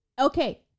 Okay